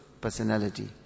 personality